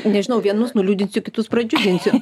nežinau vienus nuliūdinsiu kitus pradžiuginsiu